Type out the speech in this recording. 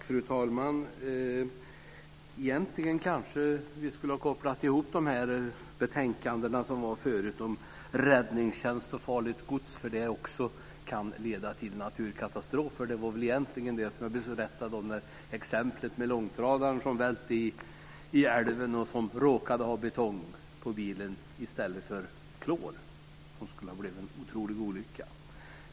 Fru talman! Egentligen skulle vi kanske ha kopplat ihop det förra betänkandet om räddningstjänst och farligt gods, som kan leda till naturkatastrofer, med detta betänkande. Jag tog ju upp exemplet med långtradaren som välte i älven som råkade vara lastad med betong i stället för klor - som skulle ha blivit en otrolig olycka.